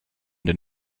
den